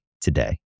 today